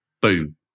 boom